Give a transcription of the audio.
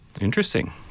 Interesting